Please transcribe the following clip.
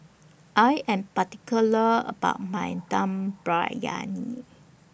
I Am particular about My Dum Briyani